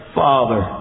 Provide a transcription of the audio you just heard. father